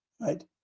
right